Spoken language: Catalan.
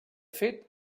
fet